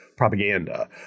propaganda